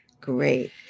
Great